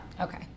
Okay